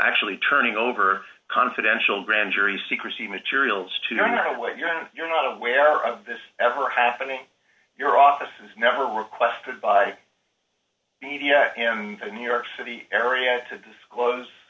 actually turning over confidential grand jury secrecy materials to handle what you know you're not aware of this ever happening your office is never requested by media a new york city area to disclose